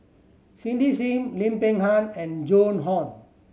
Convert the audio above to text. Cindy Sim Lim Peng Han and Joan Hon